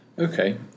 Okay